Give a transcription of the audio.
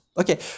Okay